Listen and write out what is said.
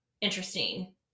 interesting